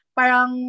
parang